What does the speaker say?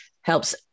helps